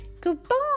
Goodbye